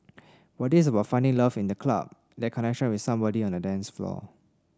but this is about finding love in the club that connection with somebody on the dance floor